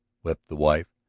wept the wife.